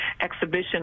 exhibition